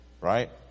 Right